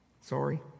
Sorry